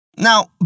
Now